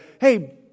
Hey